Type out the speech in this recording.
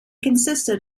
consisted